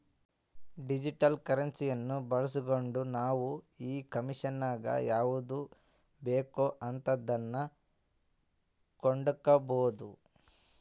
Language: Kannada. ಡಿಜಿಟಲ್ ಕರೆನ್ಸಿಯನ್ನ ಬಳಸ್ಗಂಡು ನಾವು ಈ ಕಾಂಮೆರ್ಸಿನಗ ಯಾವುದು ಬೇಕೋ ಅಂತದನ್ನ ಕೊಂಡಕಬೊದು